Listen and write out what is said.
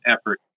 effort